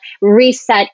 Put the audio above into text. reset